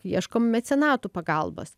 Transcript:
ieškom mecenatų pagalbos